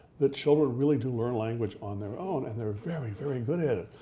that children really do learn language on their own and they're very, very good at it.